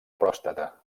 pròstata